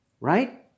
right